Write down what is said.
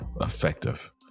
effective